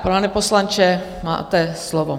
Pane poslanče, máte slovo.